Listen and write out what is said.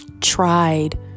tried